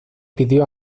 pidió